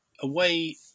away